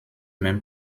même